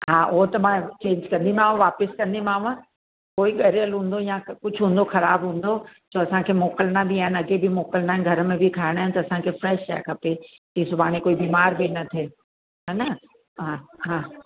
हा ओ त मां चेंज कंदीमांव वापसि कंदीमांव कोई ॻड़ियलु हूंदो या कुझु हूंदो ख़राबु हूंदो छो असांखे मोकिलिणा बि आहिनि अॻे बि मोकिलिणा आहिनि घर में बि खाइणा आहिनि त असांखे फ़्रैश शइ खपे की सुभाणे कोई बीमारु बि न थिए हा न हा हा